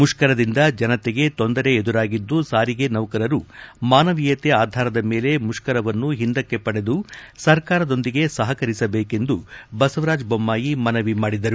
ಮುಷ್ಕರದಿಂದ ಜನತೆಗೆ ತೊಂದರೆ ಎದುರಾಗಿದ್ದು ಸಾರಿಗೆ ನೌಕರರು ಮಾನವೀಯ ಆಧಾರದ ಮೇಲೆ ಮುಷ್ಕರವನ್ನು ಹಿಂದಕ್ಕೆ ಪಡೆದು ಸರ್ಕಾರದೊಂದಿಗೆ ಸಹಕರಿಸಬೇಕೆಂದು ಬಸವರಾಜ ಬೊಮ್ಮಾಯಿ ಮನವಿ ಮಾಡಿದರು